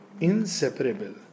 inseparable